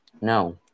No